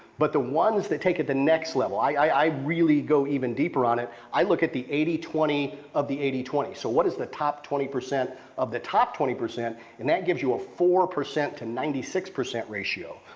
but the ones that take it to the next level, i i really go even deeper on it. i look at the eighty twenty of the eighty twenty, so what is the top twenty percent of the top twenty percent and that gives you a four percent to ninety six percent ratio.